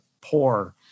poor